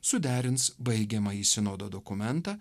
suderins baigiamąjį sinodo dokumentą